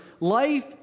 life